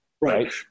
Right